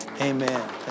Amen